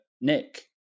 Nick